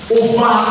over